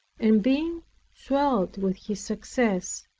and being swelled with his success,